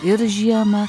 ir žiemą